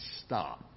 stop